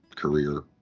career